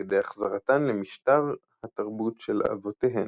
על ידי החזרתן למשטר התרבות של אבותיהן.